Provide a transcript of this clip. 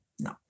No